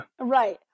Right